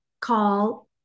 call